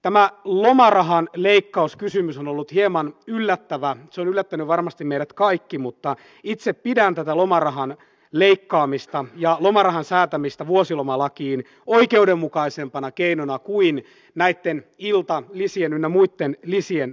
tämä lomarahan leikkauskysymys on ollut hieman yllättävä se on yllättänyt varmasti meidät kaikki mutta itse pidän tätä lomarahan leikkaamista ja lomarahan säätämistä vuosilomalakiin oikeudenmukaisempana keinona kuin näitten iltalisien ynnä muitten lisien leikkaamista